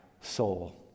soul